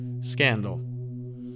scandal